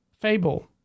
Fable